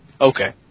Okay